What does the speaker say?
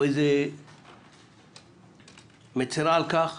הוועדה מצרה על כך.